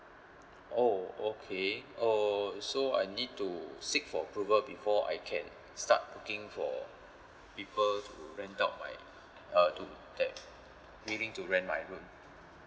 oh okay oh so I need to seek for approval before I can start looking for people to rent out my uh to that meaning to rent my room